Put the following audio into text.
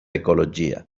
ecologia